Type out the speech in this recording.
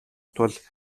тул